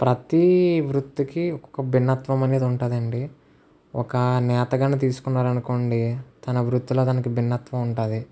ప్రతి వృత్తికి ఒక భిన్నత్వం అనేది ఉంటుందండి ఒక నేతగాన్ని తీసుకున్నారనుకోండి తన వృత్తిలో తనకి భిన్నత్వం ఉంటుంది